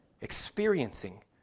experiencing